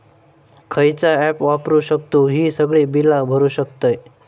खयचा ऍप वापरू शकतू ही सगळी बीला भरु शकतय?